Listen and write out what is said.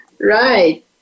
Right